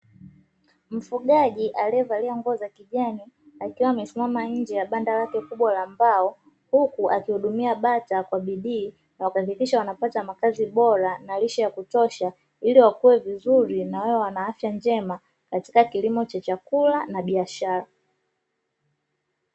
Mfugaji aliyevalia nguo za kijani akiwa amesimama nje ya banda kubwa la mbao, huku akihudumia bata kwa bidii na kuhakikisha wanapata makazi bora na lishe ya kutosha. Ili wakue vizuri na wawe wana afya njema katika kilimo cha chakula na biashara.